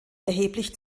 erheblich